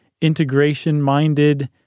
integration-minded